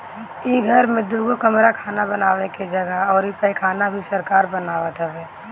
इ घर में दुगो कमरा खाना बानवे के जगह अउरी पैखाना भी सरकार बनवावत हवे